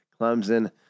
Clemson